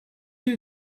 you